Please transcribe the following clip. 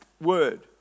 word